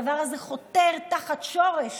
הדבר הזה חותר תחת שורש